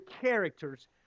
characters